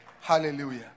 Hallelujah